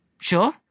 Sure